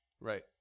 Right